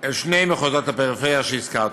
אל שני מחוזות הפריפריה שהזכרתי.